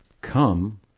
come